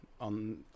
on